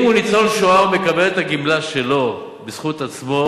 אם הוא ניצול שואה הוא מקבל את הגמלה שלו בזכות עצמו